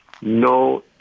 no